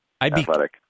Athletic